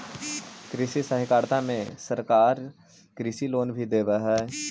कृषि सहकारिता में सरकार कृषि लोन भी देब हई